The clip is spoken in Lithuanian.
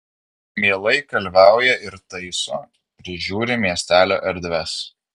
mielai kalviauja ir taiso prižiūri miestelio erdves